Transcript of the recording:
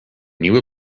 nieuwe